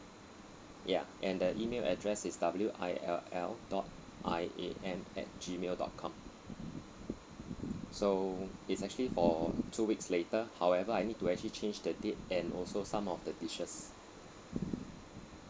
ya and the email address is W I L L dot I A M at gmail dot com so it's actually for two weeks later however I need to actually change the date and also some of the dishes